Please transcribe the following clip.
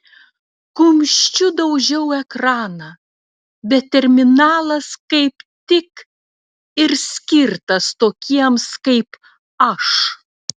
kumščiu daužau ekraną bet terminalas kaip tik ir skirtas tokiems kaip aš